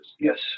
yes